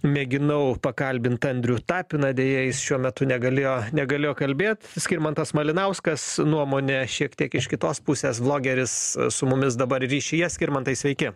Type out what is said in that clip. mėginau pakalbint andrių tapiną deja jis šiuo metu negalėjo negalėjo kalbėt skirmantas malinauskas nuomone šiek tiek iš kitos pusės vlogeris su mumis dabar ryšyje skirmantai sveiki